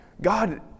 God